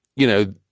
you know,